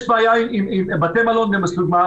יש בעיה עם בתי מלון לדוגמה,